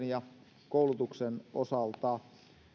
ja koulutuksen osalta